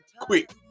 Quick